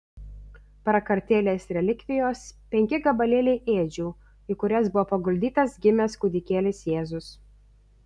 prakartėlės relikvijos penki gabalėliai ėdžių į kurias buvo paguldytas gimęs kūdikėlis jėzus